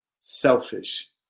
selfish